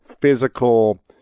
physical